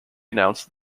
announced